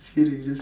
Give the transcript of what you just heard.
just kidding just